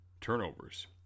turnovers